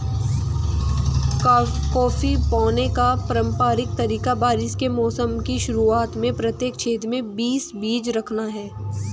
coffee बोने का पारंपरिक तरीका बारिश के मौसम की शुरुआत में प्रत्येक छेद में बीस बीज रखना है